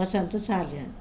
Vasantha Salian